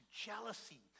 jealousy